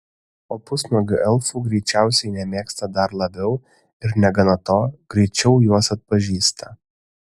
o pusnuogių elfų greičiausiai nemėgsta dar labiau ir negana to greičiau juos atpažįsta